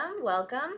welcome